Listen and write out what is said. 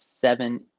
seven